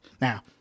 Now